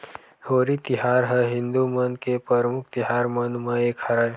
होरी तिहार ह हिदू मन के परमुख तिहार मन म एक हरय